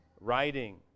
writing